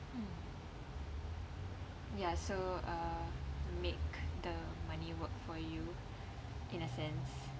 mm ya so uh make the money work for you in a sense